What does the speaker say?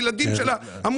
הילדים שלה,